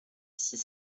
six